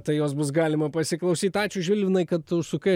tai jos bus galima pasiklausyt ačiū žilvinai kad užsukai